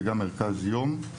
וגם מרכז יום.